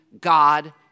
God